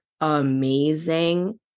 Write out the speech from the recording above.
amazing